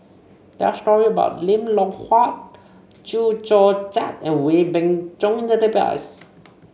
there are story about Lim Loh Huat Chew Joo Chiat and Wee Beng Chong in the database